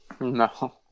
No